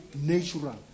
natural